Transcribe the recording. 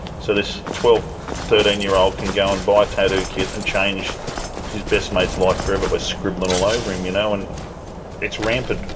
so this twelve, thirteen year old can go and buy a tattoo kit and change his best mate's life forever by scribbling all over him. you know and it's rampant.